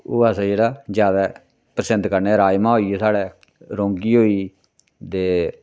ओह् जेह्ड़ा ज्यादा पसंद करने राजम होई गे साढ़ा रौंगी होई गेई ते